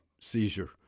seizure